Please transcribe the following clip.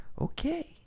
okay